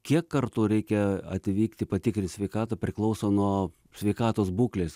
kiek kartų reikia atvykti patikrint sveikatą priklauso nuo sveikatos būklės